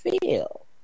feel